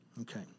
Okay